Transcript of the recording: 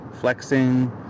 flexing